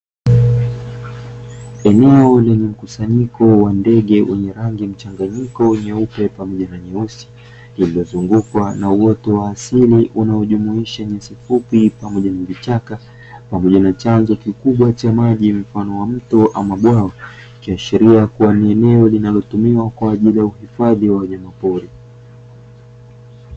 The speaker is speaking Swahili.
Eneo lenye mkusanyiko wa ndege wenye rangi mchanganyiko nyeupe pamoja na nyeusi, iliyozungukwa na uoto wa asili unaojumuisha nyasi fupi pamoja na vichaka, pamoja na chanzo kikubwa cha maji mfano wa mto ama bwawa, ikiashiria kuwa ni eneo linalotumiwa kwa ajili ya uhifadhi ya wanyama pori.